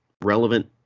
relevant